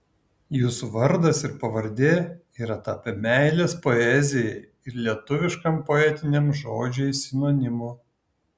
jūsų vardas ir pavardė yra tapę meilės poezijai ir lietuviškam poetiniam žodžiui sinonimu